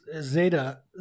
Zeta